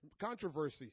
controversy